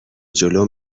جلو